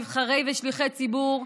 נבחרי ושליחי ציבור,